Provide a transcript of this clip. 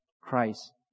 Christ